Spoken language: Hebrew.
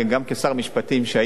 שהיית גם שר משפטים,